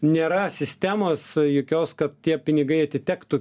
nėra sistemos jokios kad tie pinigai atitektų